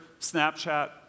Snapchat